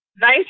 Nice